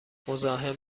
مزاحم